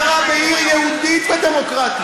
מה רע בעיר יהודית ודמוקרטית?